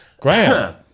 Graham